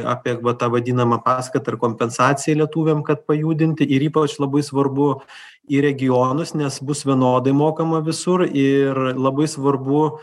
apie va tą vadinamą paskatą ir kompensaciją lietuviam kad pajudinti ir ypač labai svarbu į regionus nes bus vienodai mokama visur ir labai svarbu